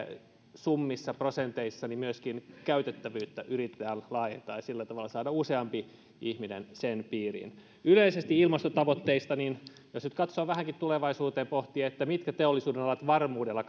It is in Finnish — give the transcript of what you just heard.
summissa ja prosenteissa myöskin käytettävyyttä yritetään laajentaa ja sillä tavalla saada useampi ihminen sen piiriin yleisesti ilmastotavoitteista jos nyt katsoo vähänkin tulevaisuuteen ja pohtii mitkä teollisuudenalat varmuudella